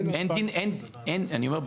אני אומר,